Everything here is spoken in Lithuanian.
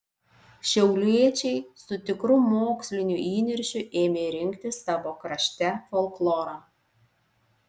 šiauliečiai su tikru moksliniu įniršiu ėmė rinkti savo krašte folklorą